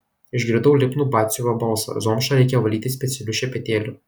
išgirdau lipnų batsiuvio balsą zomšą reikia valyti specialiu šepetėliu